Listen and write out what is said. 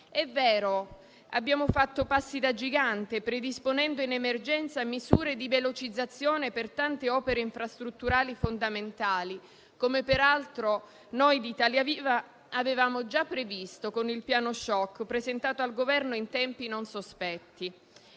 È vero, abbiamo fatto passi da gigante, predisponendo in emergenza misure di velocizzazione per tante opere infrastrutturali fondamentali, come peraltro noi di Italia Viva avevamo già previsto con il piano *shock* presentato al Governo in tempi non sospetti.